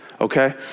okay